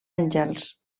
àngels